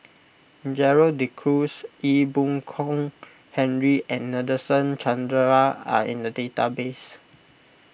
Gerald De Cruz Ee Boon Kong Henry and Nadasen Chandra are in the database